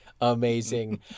Amazing